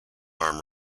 arm